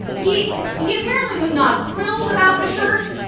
he he apparently was not thrilled about the shirt.